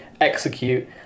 execute